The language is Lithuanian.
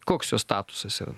koks jo statusas yra